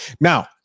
now